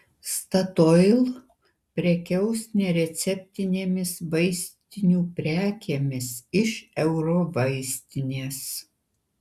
statoil prekiaus nereceptinėmis vaistinių prekėmis iš eurovaistinės